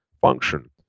function